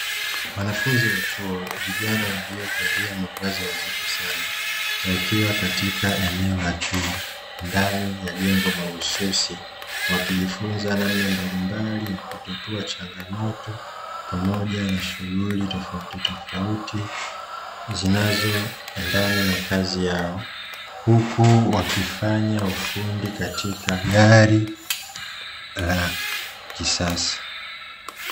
Wanafunzi wa chuo, vijana waliovalia mavazi adhimu sana, wakiwa katika eneo la chuo ndani ya jengo mahususi, wakijifunza namna mbalimbali ya kutatua changamoto pamoja na shughuli tofauti tofauti zinazoendana na kazi yao, huku wakifanya ufundi katika gari la kisasa.